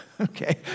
Okay